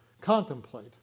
contemplate